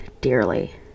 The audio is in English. dearly